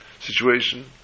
situation